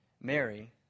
Mary